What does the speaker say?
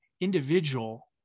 individual